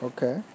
Okay